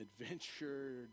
adventure